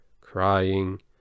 crying